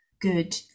good